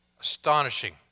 Astonishing